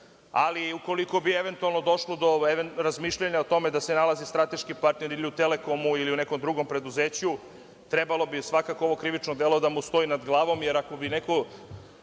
Ali, ukoliko bi eventualno došlo do razmišljanja o tome da se nalazi strateški partner, ili u „Telekomu“ ili u nekom drugom preduzeću, trebalo bi, svakako, ovo krivično delo da mu stoji nad glavom. Jer, ako bi neko